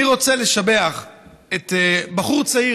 אני רוצה לשבח בחור צעיר